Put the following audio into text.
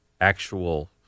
actual